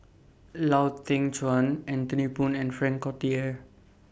Lau Teng Chuan Anthony Poon and Frank Cloutier